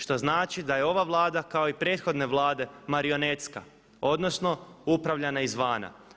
Što znači da je ova Vlada kao i prethodne vlade marionetska, odnosno upravljana izvana.